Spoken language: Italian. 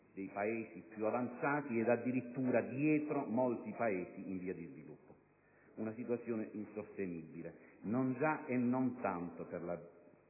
dei Paesi più avanzati e addirittura dietro molti Paesi in via di sviluppo. Una situazione insostenibile non già e non tanto per